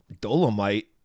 Dolomite